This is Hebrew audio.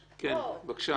מבקש.